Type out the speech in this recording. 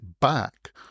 back